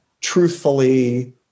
truthfully